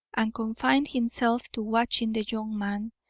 and confined himself to watching the young man,